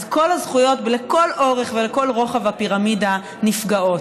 אז כל הזכויות לכל אורך ולכל רוחב הפירמידה נפגעות.